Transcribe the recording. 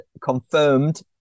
confirmed